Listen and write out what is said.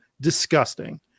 Disgusting